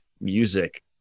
music